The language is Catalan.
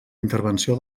intervenció